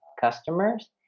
customers